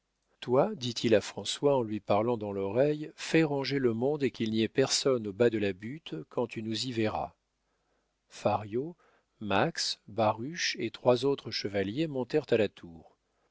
toi dit-il à françois en lui parlant dans l'oreille fais ranger le monde et qu'il n'y ait personne au bas de la butte quand tu nous y verras fario max baruch et trois autres chevaliers montèrent à la tour